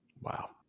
Wow